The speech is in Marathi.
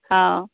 हा